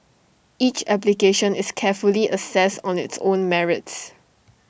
each application is carefully assessed on its own merits